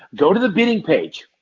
go to the bidding page,